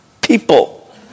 people